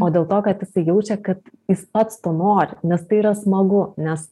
o dėl to kad jisai jaučia kad jis pats to nori nes tai yra smagu nes